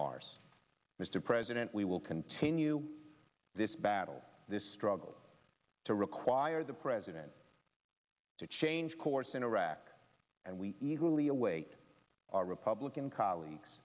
ours mr president we will continue this battle this struggle to require the president to change course in iraq and we eagerly await our republican colleagues